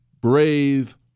brave